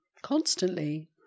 Constantly